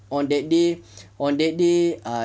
on that day on that day ah